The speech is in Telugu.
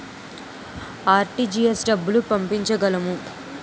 ఆర్.టీ.జి.ఎస్ డబ్బులు పంపించగలము?